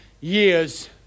years